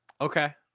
okay